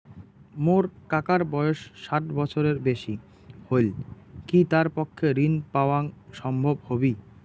মোর কাকার বয়স ষাট বছরের বেশি হলই কি তার পক্ষে ঋণ পাওয়াং সম্ভব হবি?